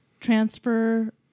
Transfer